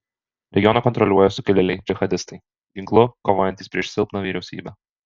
regioną kontroliuoja sukilėliai džihadistai ginklu kovojantys prieš silpną vyriausybę